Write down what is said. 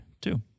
two